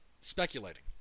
speculating